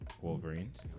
Wolverines